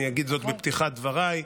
אני אגיד זאת בפתיחת דבריי.